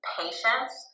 patience